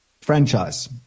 franchise